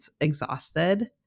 exhausted